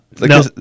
No